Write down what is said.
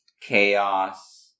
chaos